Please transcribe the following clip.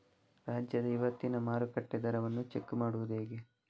ರಾಜ್ಯದ ಇವತ್ತಿನ ಮಾರುಕಟ್ಟೆ ದರವನ್ನ ಚೆಕ್ ಮಾಡುವುದು ಹೇಗೆ?